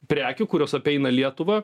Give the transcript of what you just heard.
prekių kurios apeina lietuvą